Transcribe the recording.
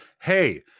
hey—